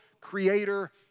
creator